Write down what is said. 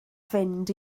fynd